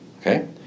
Okay